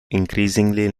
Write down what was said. increasingly